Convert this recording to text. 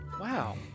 Wow